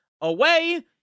away